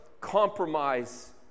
compromise